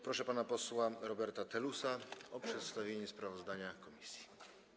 Proszę pana posła Roberta Telusa o przedstawienie sprawozdania komisji.